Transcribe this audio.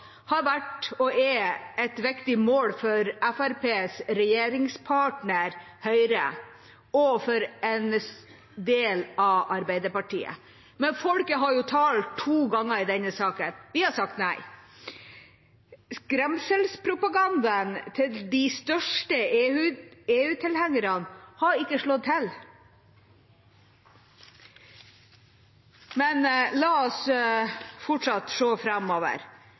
har vært, og er, et viktig mål for Fremskrittspartiets regjeringspartner Høyre og for en del av Arbeiderpartiet. Men folket har talt to ganger i denne saken; vi har sagt nei. Skremselspropagandaen til de største EU-tilhengerne har ikke slått til. Men la oss fortsatt